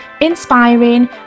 inspiring